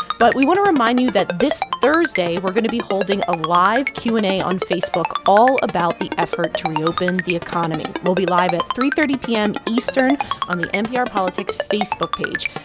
but we want to remind you that this thursday we're going to be holding a live q and a on facebook all about the effort to reopen the economy. we'll be live at three thirty p m. eastern on the npr facebook page.